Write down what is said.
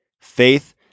faith